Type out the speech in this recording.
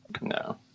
No